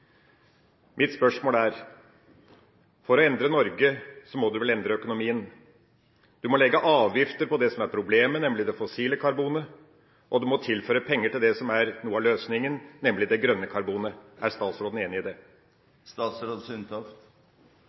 Mitt spørsmål er: For å endre Norge må man vel endre økonomien. Man må legge avgifter på det som er problemet, nemlig det fossile karbonet, og man må tilføre penger til det som er noe av løsningen, nemlig det grønne karbonet. Er statsråden enig i det?